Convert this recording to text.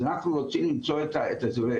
אז אנחנו רוצים למצוא את האזור.